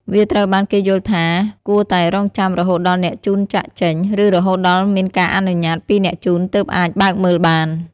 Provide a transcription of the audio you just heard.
វាត្រូវបានគេយល់ថាគួរតែរង់ចាំរហូតដល់អ្នកជូនចាកចេញ ឬរហូតដល់មានការអនុញ្ញាតពីអ្នកជូនទើបអាចបើកមើលបាន។